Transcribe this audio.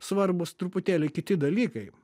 svarbūs truputėlį kiti dalykai